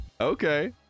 okay